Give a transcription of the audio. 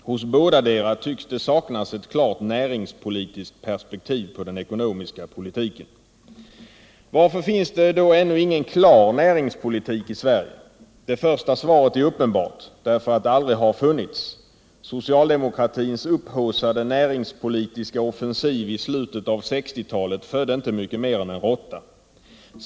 Hos bådadera tycks det saknas ett klart näringspolitiskt perspektiv på den ekonomiska politiken. Varför finns det då ännu ingen klar näringspolitik i Sverige? Det första svaret är uppenbart: därför att det aldrig funnits någon. Socialdemokratins upphaussade näringspolitiska offensiv i slutet av 1960-talet födde inte mycket mer än en råtta.